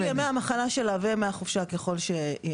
אחרי ניצול ימי החופשה וימי המחלה שלה ככל שישנם